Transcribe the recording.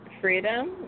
Freedom